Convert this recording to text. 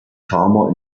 farmer